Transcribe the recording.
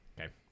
Okay